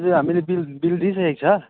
हजुर हामीले bill bill दिइसकेको छ